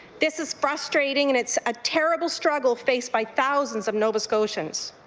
this is frustrating and it's a terrible struggle faced by thousands of nova scotians.